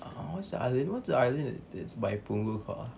uh what's the island what's the island by punggol called ah